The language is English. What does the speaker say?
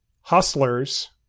Hustlers